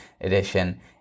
edition